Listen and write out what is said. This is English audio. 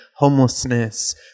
homelessness